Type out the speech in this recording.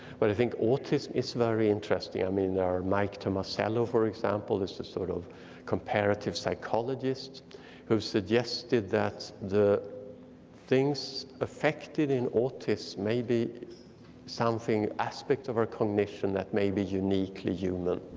but i think autism is very interesting. i mean our mike tomasello, for example, is a sort of comparative psychologist who've suggested that the things affected in autism maybe something aspect of our cognition that may be uniquely human.